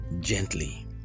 gently